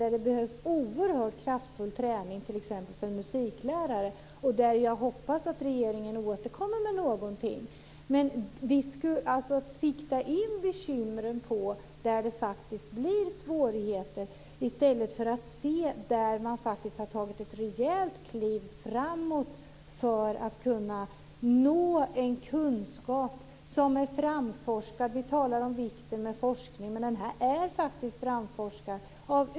Det behövs oerhört kraftfull träning t.ex. för en musiklärare. Jag hoppas att regeringen återkommer med någonting. Sikta in omsorgen på områden där det faktiskt blir svårigheter i stället för på områden där man har tagit ett rejält kliv framåt för att man ska kunna nå en kunskap som är framforskad. Vi talar om vikten av forskning, men denna kunskap är faktiskt framforskad.